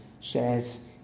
shares